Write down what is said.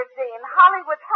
Hollywood